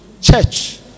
church